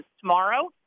tomorrow